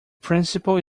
principle